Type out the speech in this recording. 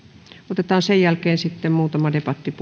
otetaan sen jälkeen muutama debattipuheenvuoro